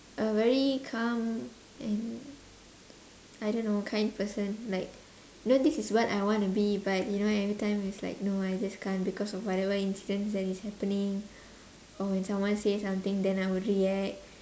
a very calm and I don't know kind person like you know this is what I wanna be but you know everytime it's like no I just can't because of whatever incident that is happening or when someone say something then I would react